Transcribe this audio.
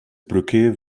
brücke